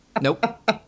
Nope